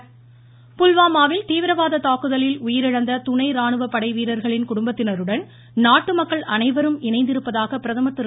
பிரதமர் பீகார் புல்வாமாவில் தீவிரவாத தாக்குதலில் உயிரிழந்த துணை ராணுவப்படை வீரர்களின் குடும்பத்தினருடன் நாட்டு மக்கள் அனைவரும் இணைந்திருப்பதாக பிரதமர் திரு